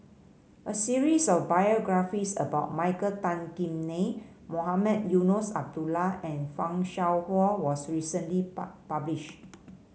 a series of biographies about Michael Tan Kim Nei Mohamed Eunos Abdullah and Fan Shao Hua was recently published